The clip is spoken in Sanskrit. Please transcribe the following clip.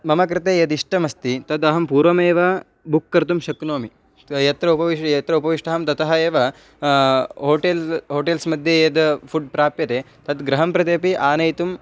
मम कृते यदिष्टमस्ति तदहं पूर्वमेव बुक् कर्तुं शक्नोमि यत्र उपविष् यत्र उपविष्टं ततः एव होटेल् होटेल्स्मध्ये यद् फ़ुड् प्राप्यते तद्गृहं प्रति अपि आनयितुम्